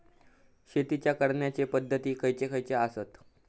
शेतीच्या करण्याचे पध्दती खैचे खैचे आसत?